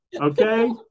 Okay